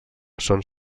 són